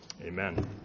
amen